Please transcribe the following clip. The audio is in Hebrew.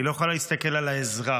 היא לא יכולה להסתכל על האזרח,